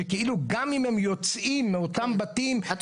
שכאילו גם אם הם יוצאים מאותם בתים --- אתה